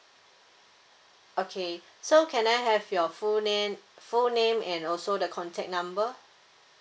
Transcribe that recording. okay so can I have your full name full name and also the contact number